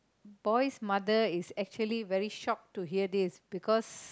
boy's mother is actually very shocked to hear this because